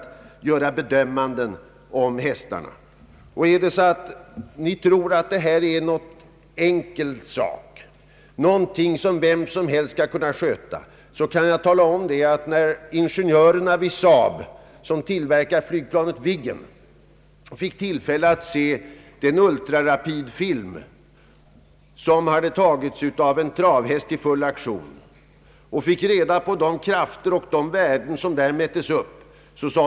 Om kammarledamöterna tror att det här är en enkel sak, någonting som vem som helst kan sköta, så vill jag ta er ur villfarelsen genom att berätta vad ingenjörerna vid SAAB — de som tillverkar flygplanet Viggen — sade när de fick se en ultrarapidfilm visande en travhäst i full aktion och fick reda på de krafter som därvid mätts upp.